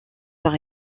par